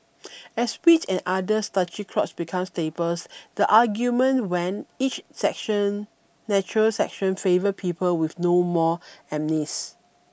as wheat and other starchy crops become staples the argument went each section natural section favoured people with no more amylase